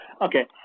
Okay